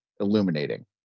illuminating